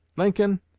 lincoln,